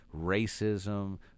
racism